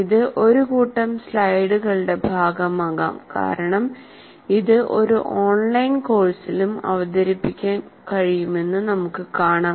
ഇത് ഒരു കൂട്ടം സ്ലൈഡുകളുടെ ഭാഗമാകാം കാരണം ഇത് ഒരു ഓൺലൈൻ കോഴ്സിലും അവതരിപ്പിക്കാൻ കഴിയുമെന്ന് നമുക്ക് കാണാം